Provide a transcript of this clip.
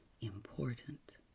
important